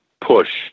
push